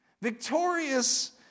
Victorious